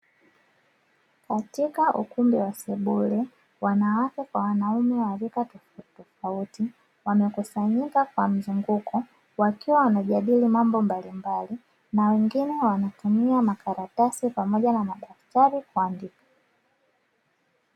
Katika ukumbi wa sebule wanawake kwa wanaume wa rika tofautitofauti, wamekusanyika kwa mzunguko wakiwa wanajadili mambo mbalimbali na wengine wanatumia makaratasi pamoja na madaftari kuandika.